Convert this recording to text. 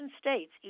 states